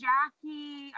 Jackie